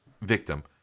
victim